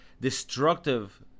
destructive